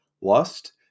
Lust